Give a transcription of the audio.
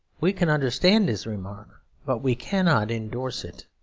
we can understand his remark but we cannot endorse it.